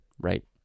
right